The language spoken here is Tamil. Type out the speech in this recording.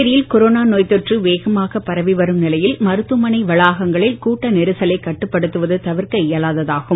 புதுச்சேரியில் கொரோனா நோய்த் தொற்று வேகமாக பரவி வரும் நிலையில் மருத்துவமனை வளாகங்களில் கூட்டநெரிசலை கட்டுப்படுத்துவது தவிர்க்க இயலாதது ஆகும்